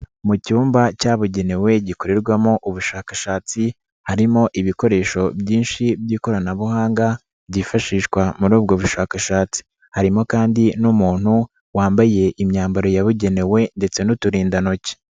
Mu cyumba cyabugenewe gikorerwamo ubushakashatsi, harimo ibikoresho byinshi by'ikoranabuhanga, byifashishwa muri ubwo bushakashatsi. Harimo kandi n'umuntu wambaye imyambaro yabugenewe ndetse n'uturindantoki.